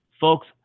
Folks